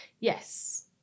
Yes